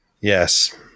Yes